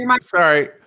sorry